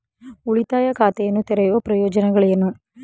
ಉಳಿತಾಯ ಖಾತೆಯನ್ನು ತೆರೆಯುವ ಪ್ರಯೋಜನಗಳೇನು?